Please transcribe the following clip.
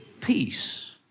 Peace